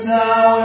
now